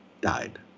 died